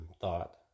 thought